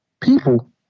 people